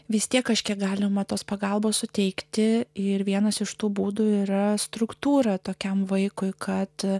vis tiek kažkiek galima tos pagalbos suteikti ir vienas iš tų būdų yra struktūra tokiam vaikui kad